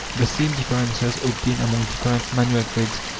the same differences obtain among different manual trades.